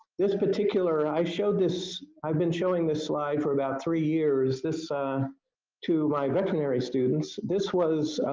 this particular, i showed this. i've been showing this slide for about three years this to my veterinary students this was